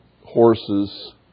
horses